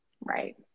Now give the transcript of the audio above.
Right